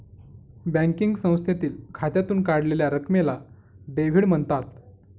banking संस्थेतील खात्यातून काढलेल्या रकमेला डेव्हिड म्हणतात